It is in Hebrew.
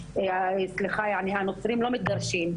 הנוצרים לא מתגרשים,